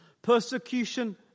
Persecution